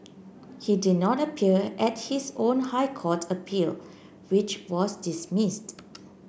he did not appear at his own High Court appeal which was dismissed